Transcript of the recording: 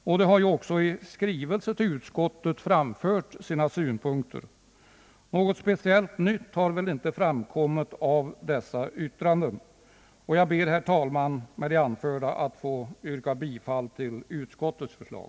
Företagen har också i skrivelse till utskottet framfört sina synpunkter. Något speciellt nytt har väl inte framkommit av dessa yttranden. Med det anförda ber jag, herr talman, att få yrka bifall till utskottets förslag.